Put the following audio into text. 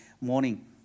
morning